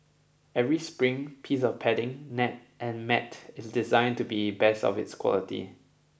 every spring piece of padding net and mat is designed to be best of its quality